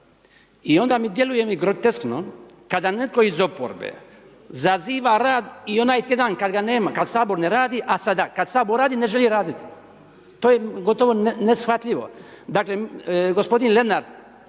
I onda djeluje mi groteskno kada netko iz oporbe zaziva rad i onaj tjedan kada ga nema kada Sabor ne radi, a sada kada Sabor radi ne želi raditi. To je gotovo neshvatljivo. Dakle, gospodin Lenart